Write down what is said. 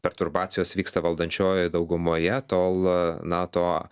perturbacijos vyksta valdančiojoj daugumoje tol na to